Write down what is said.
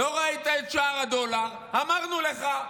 לא ראית את שער הדולר, אמרנו לך,